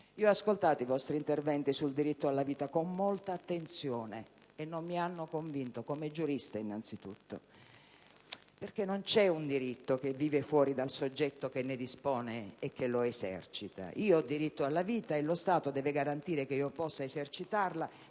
Ho ascoltato i vostri interventi sul diritto alla vita con molta attenzione e non mi hanno convinto, come giurista innanzitutto. Non c'è infatti un diritto che vive fuori dal soggetto che ne dispone e che lo esercita: io ho diritto alla vita e lo Stato deve garantire che io possa esercitarlo.